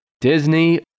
Disney